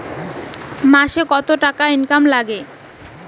মাসে কত টাকা ইনকাম নাগে?